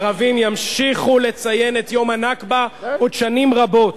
הערבים ימשיכו לציין את יום הנכבה עוד שנים רבות.